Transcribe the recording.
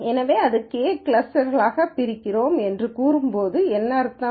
எனவே அதை K கிளஸ்டர்களாகப் பிரிக்கிறோம் என்று கூறும்போது என்ன அர்த்தம்